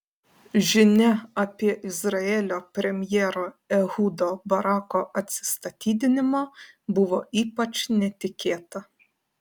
žinia apie izraelio premjero ehudo barako atsistatydinimą buvo ypač netikėta